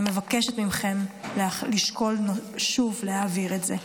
אני מבקשת מכם לשקול שוב להעביר את זה.